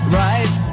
right